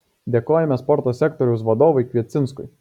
dėkojame sporto sektoriaus vadovui kviecinskui